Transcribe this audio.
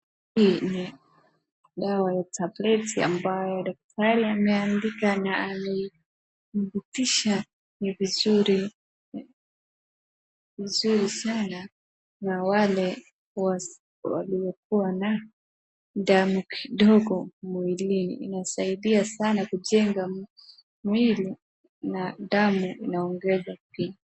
Hii ni dawa ya tableti ambayo daktari ameandika na ameidhibitisha ni vizuri sana ya wale waliokuwa na damu kidogo mwilini. Inasaidia sana kujenga mwili na damu inaongeza pia.